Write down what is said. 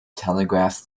telegraph